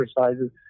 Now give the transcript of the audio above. exercises